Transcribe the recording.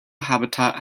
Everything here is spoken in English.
habitat